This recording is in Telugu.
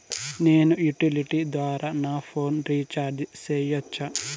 నేను యుటిలిటీ ద్వారా నా ఫోను రీచార్జి సేయొచ్చా?